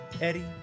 eddie